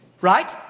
Right